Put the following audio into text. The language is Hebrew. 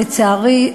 לצערי,